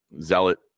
zealot